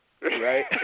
right